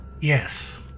Yes